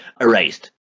erased